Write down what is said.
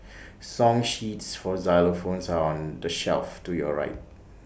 song sheets for xylophones are on the shelf to your right